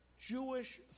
Jewish